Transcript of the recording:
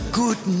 good